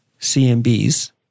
CMBs